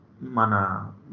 mana